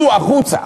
צאו החוצה.